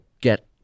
get